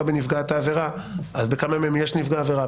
בנפגעת העבירה; בכמה מהם יש נפגעי עבירה?